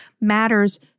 matters